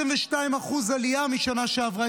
22% עלייה משנה שעברה.